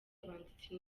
abanditsi